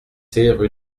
rue